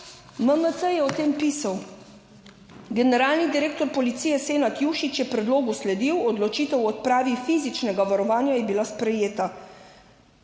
MMC je o tem pisal. Generalni direktor policije Senad Jušić je predlogu sledil, odločitev o odpravi fizičnega varovanja je bila sprejeta.